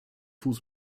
fuß